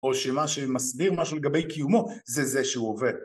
או שמה שמסביר משהו לגבי קיומו זה זה שהוא עובד.